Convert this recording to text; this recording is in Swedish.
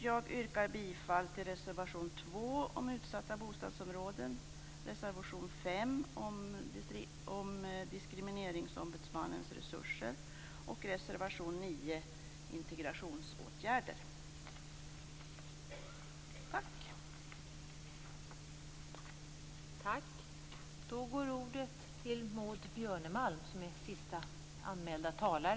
Jag yrkar bifall till reservation 2 om utsatta bostadsområden, reservation 5 om Diskrimineringsombudsmannens resurser och reservation 9 om integrationsåtgärder.